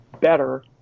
better